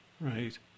Right